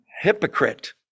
hypocrite